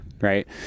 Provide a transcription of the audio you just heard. right